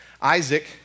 Isaac